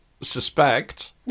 suspect